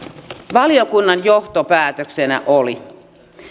valiokunnan johtopäätöksenä oli